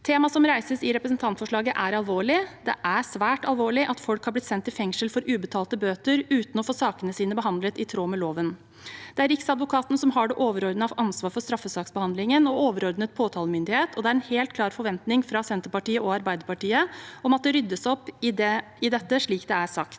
Temaet som reises i representantforslaget, er alvorlig. Det er svært alvorlig at folk er blitt sendt i fengsel for ubetalte bøter uten å få sakene sine behandlet i tråd med loven. Det er Riksadvokaten som har det overordnede ansvaret for straffesaksbehandlingen, og overordnet påtalemyndighet, og det er en helt klar forventning fra Senterpartiet og Arbeiderpartiet om at det ryddes opp i dette, slik det er sagt.